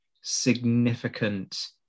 significant